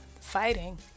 fighting